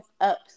up